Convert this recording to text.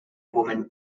woman